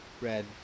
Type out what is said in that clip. red